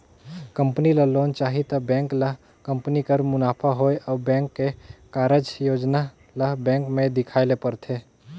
company ल loan चाही त बेंक ल कंपनी कर मुनाफा होए अउ बेंक के कारज योजना ल बेंक में देखाए ले परथे